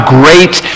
great